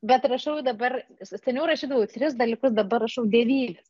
bet rašau dabar seniau rašydavau tris dalykus dabar rašau devynis